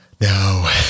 no